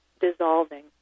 dissolving